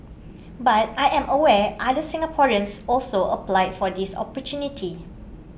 but I am aware other Singaporeans also applied for this opportunity